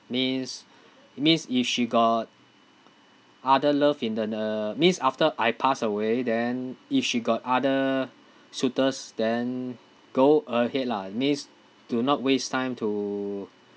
means it means if she got other love in the the means after I pass away then if she got other suitors then go ahead lah means do not waste time to